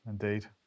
Indeed